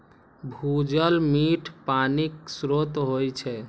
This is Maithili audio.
भूजल मीठ पानिक स्रोत होइ छै